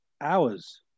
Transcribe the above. hours